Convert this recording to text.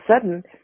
sudden